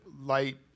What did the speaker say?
light